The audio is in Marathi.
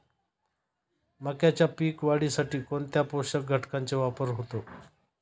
मक्याच्या पीक वाढीसाठी कोणत्या पोषक घटकांचे वापर होतो?